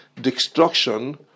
destruction